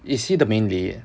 is he the main lead